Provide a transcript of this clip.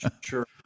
Sure